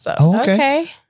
Okay